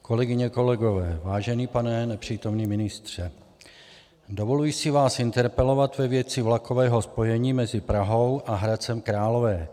Kolegyně, kolegové, vážený pane nepřítomný ministře, dovoluji si vás interpelovat ve věci vlakového spojení mezi Prahou a Hradcem Králové.